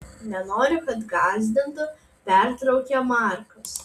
nenoriu kad gąsdintų pertraukia markas